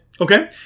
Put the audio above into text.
Okay